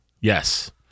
yes